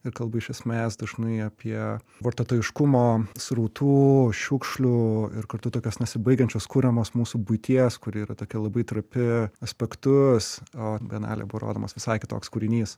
ir kalba iš esmės dažnai apie vartotojiškumo srutų šiukšlių ir kartu tokios nesibaigiančios kuriamos mūsų buities kuri yra tokia labai trapi aspektus o bienalėje buvo rodomas visai kitoks kūrinys